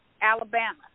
Alabama